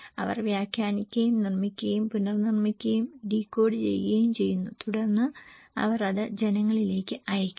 അവർ വ്യാഖ്യാനിക്കുകയും നിർമ്മിക്കുകയും പുനർനിർമ്മിക്കുകയും ഡീകോഡ് ചെയ്യുകയും ചെയ്യുന്നു തുടർന്ന് അവർ അത് ജനങ്ങളിലേക്ക് അയയ്ക്കുന്നു